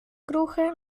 cruje